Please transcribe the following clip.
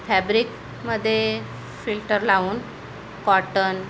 फॅब्रिकमध्ये filter लावून cotton